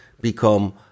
become